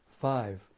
Five